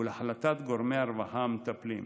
ולהחלטת גורמי הרווחה המטפלים.